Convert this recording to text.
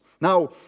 Now